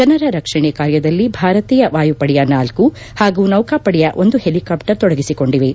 ಜನರ ರಕ್ಷಣೆ ಕಾರ್ಯದಲ್ಲಿ ಭಾರತೀಯ ವಾಯುಪಡೆಯ ನಾಲ್ಲು ಹಾಗೂ ನೌಕಾಪಡೆಯ ಒಂದು ಹೆಲಿಕಾಪ್ಸರ್ ತೊಡಗಿಸಿಕೊಂಡಿವೆ